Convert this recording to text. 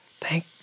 thank